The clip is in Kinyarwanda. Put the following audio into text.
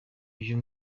uyu